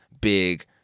big